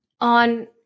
on